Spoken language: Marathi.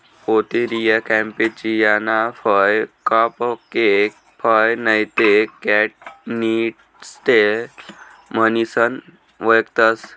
पोतेरिया कॅम्पेचियाना फय कपकेक फय नैते कॅनिस्टेल म्हणीसन वयखतंस